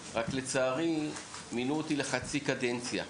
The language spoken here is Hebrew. רק לצערי מינו אותי לחצי קדנציה,